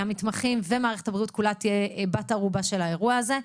המתמחים ומערכת הבריאות כולה תהיה בת ערובה של האירוע הזה.